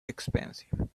expensive